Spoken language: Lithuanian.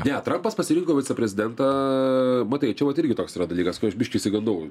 ne trampas pasirinko viceprezidentą matai čia vat irgi toks dalykas ko aš biškį išsigandau